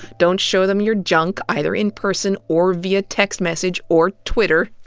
don't show them your junk, either in person or via text message. or twitter.